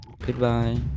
Goodbye